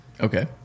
Okay